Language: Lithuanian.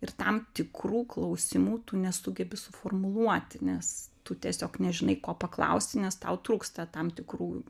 ir tam tikrų klausimų tu nesugebi suformuluoti nes tu tiesiog nežinai ko paklausti nes tau trūksta tam tikrų